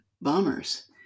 bombers